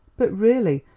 but, really,